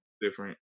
Different